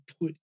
put